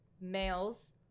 males